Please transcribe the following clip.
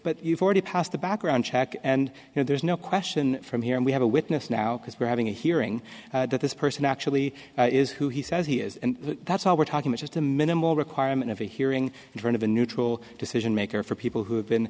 but you've already passed a background check and you know there's no question from here and we have a witness now because we're having a hearing that this person actually is who he says he is and that's all we're talking just a minimal requirement of a hearing in front of a neutral decision maker for people who have been